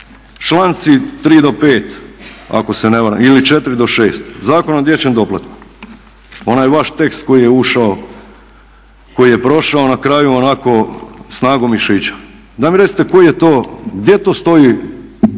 Članci 3. do 5., ako se ne varam, ili 4. do 6. Zakona o dječjem doplatku. Onaj vaš tekst koji je ušao, koji je prošao na kraju onako snagom mišića, dajte mi recite koji je to, gdje to stoji